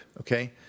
okay